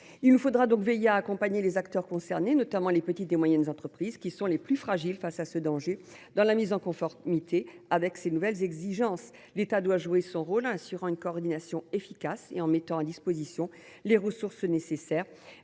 Il nous faudra donc veiller à accompagner les acteurs concernés, notamment les petites et moyennes entreprises, qui sont les plus fragiles face à ce danger, dans la mise en conformité avec ces nouvelles exigences. L’État doit jouer son rôle en assurant une coordination efficace et en mettant à disposition les ressources nécessaires,